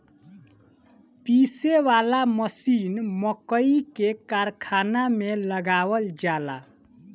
पीसे वाला मशीन मकई के कारखाना में लगावल जाला